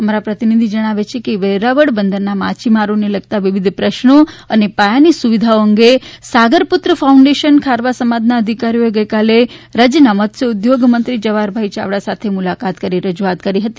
અમારા પ્રતિનિધિ જણાવે છે કે વેરાવળ બંદરના માછીમારોને લગતા વિવિધ પ્રશ્નો અને પાયાની સુવિધાઓ અંગે સાગરપુત્ર ફાઉન્ડેશન ખારવા સમાજના અધિકારીઓએ ગઈકાલે રાજ્યના મત્સયોઉદ્યોગ મંત્રી જવાહરભાઈ યાવડા સાથે મુલાકાત કરી રજૂઆત કરી હતી